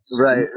Right